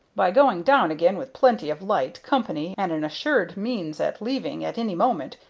by going down again with plenty of light, company, and an assured means at leaving at any moment,